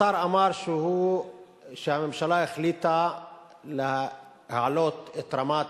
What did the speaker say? השר אמר שהממשלה החליטה להעלות את רמת